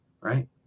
right